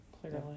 clearly